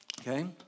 Okay